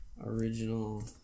original